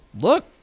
look